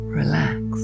relax